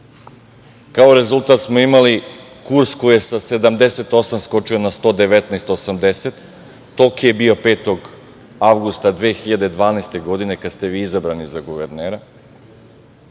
kao rezultat smo imali kurs koji je sa 78 skočio na 119,80, toliki je bio 5. avgusta 2012. godine kada ste vi bili izabrani za guvernera,